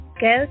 Go